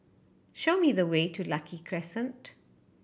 show me the way to Lucky Crescent